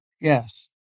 Yes